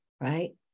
right